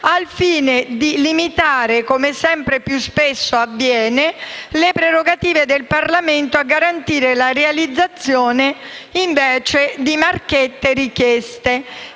al fine di limitare - come sempre più spesso avviene - le prerogative del Parlamento e garantire la realizzazione di marchette richieste,